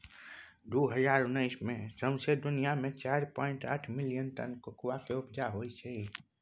दु हजार उन्नैस मे सौंसे दुनियाँ मे चारि पाइंट आठ मिलियन टन कोकोआ केँ उपजा होइ छै